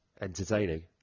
entertaining